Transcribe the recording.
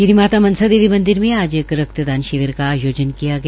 श्री माता मनसा देवी मंदिर में आज एक रक्तदान शिविर का आयोजन किया गया